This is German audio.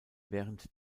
während